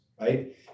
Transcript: right